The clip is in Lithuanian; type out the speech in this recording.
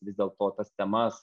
vis dėl to tas temas